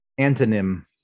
antonym